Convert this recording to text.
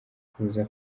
kuza